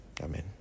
Amen